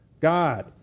God